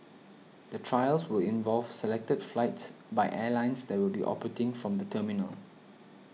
the trials will involve selected flights by airlines that will be operating from the terminal